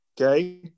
Okay